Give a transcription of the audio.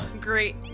great